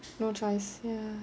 no choice ya